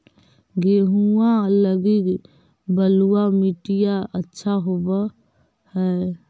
गेहुआ लगी बलुआ मिट्टियां अच्छा होव हैं?